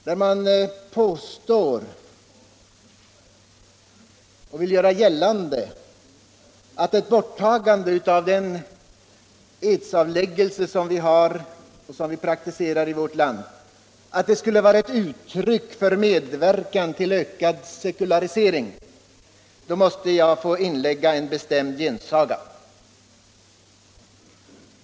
När man vill göra gällande att borttagandet av den edsavläggelse som vi praktiserar i vårt land skulle medverka till ökad sekularisering måste jag inlägga en bestämd gensaga.